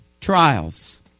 Trials